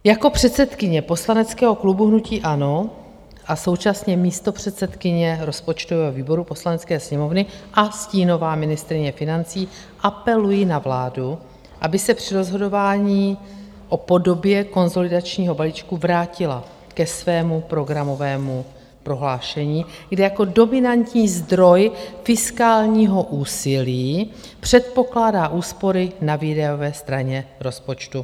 Jako předsedkyně poslaneckého klubu hnutí ANO a současně místopředsedkyně rozpočtového výboru Poslanecké sněmovny a stínová ministryně financí apeluji na vládu, aby se při rozhodování o podobě konsolidačního balíčku vrátila ke svému programovému prohlášení, kdy jako dominantní zdroj fiskálního úsilí předpokládá úspory na výdajové straně rozpočtu.